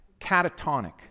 catatonic